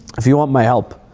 if you want my help,